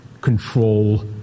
control